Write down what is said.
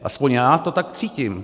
Alespoň já to tak cítím.